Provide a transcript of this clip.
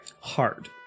Hard